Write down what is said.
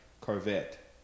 Corvette